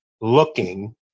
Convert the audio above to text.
looking